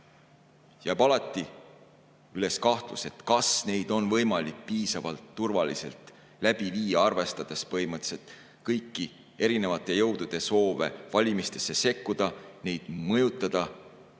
Jääb alati kahtlus, kas e-valimisi on võimalik piisavalt turvaliselt läbi viia, arvestades põhimõtteliselt kõiki erinevate jõudude soove valimistesse sekkuda, neid mõjutada